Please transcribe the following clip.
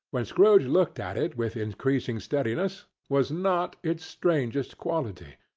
when scrooge looked at it with increasing steadiness, was not its strangest quality.